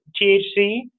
THC